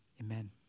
Amen